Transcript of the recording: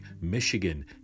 Michigan